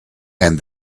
and